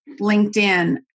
LinkedIn